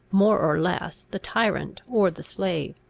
more or less, the tyrant or the slave.